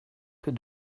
que